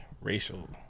racial